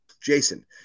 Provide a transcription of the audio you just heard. Jason